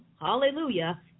hallelujah